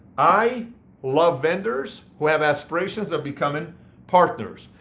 i love vendors who have aspirations of becoming partners.